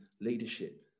leadership